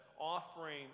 offering